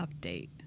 update